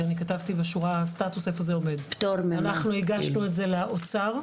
אנחנו הגשנו את זה לאוצר,